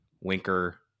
Winker